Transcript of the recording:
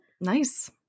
Nice